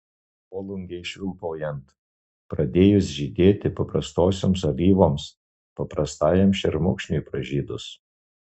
volungei švilpaujant pradėjus žydėti paprastosioms alyvoms paprastajam šermukšniui pražydus